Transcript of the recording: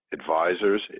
advisors